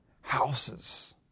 Houses